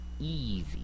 easy